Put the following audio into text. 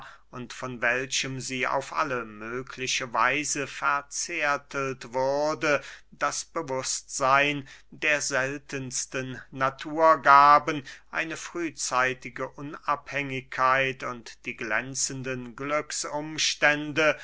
und von welchem sie auf alle mögliche weise verzärtelt wurde das bewußtseyn der seltensten naturgaben eine frühzeitige unabhängigkeit und die glänzenden